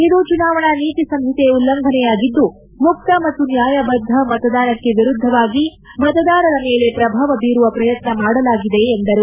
ಇದು ಚುನಾವಣಾ ನೀತಿ ಸಂಹಿತೆ ಉಲ್ಲಂಘನೆಯಾಗಿದ್ದು ಮುಕ್ತ ಮತ್ತು ನ್ಯಾಯಬದ್ಧ ಮತದಾನಕ್ಕೆ ವಿರುದ್ಧವಾಗಿ ಮತದಾರರ ಮೇಲೆ ಪ್ರಭಾವ ಬೀರುವ ಪ್ರಯತ್ನ ಮಾಡಿದ್ದಾರೆ ಎಂದರು